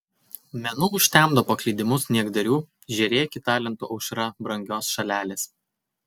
menu užtemdo paklydimus niekdarių žėrėki talentų aušra brangios šalelės